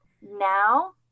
now